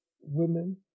women